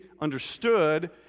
understood